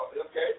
Okay